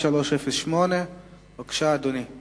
הצעה לסדר-היום